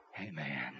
Amen